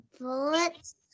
Bullets